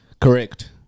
Correct